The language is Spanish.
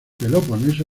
peloponeso